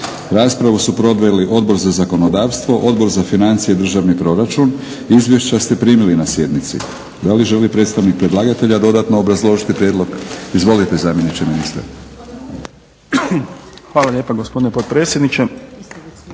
Raspravu su proveli Odbor za zakonodavstvo, Odbor za financije i državni proračun. Izvješća ste primili na sjednici. Da li Želi li predstavnik predlagatelja dodatno obrazložiti prijedlog? Izvolite zamjeniče ministra. **Lalovac, Boris** Hvala lijepa gospodine potpredsjedniče.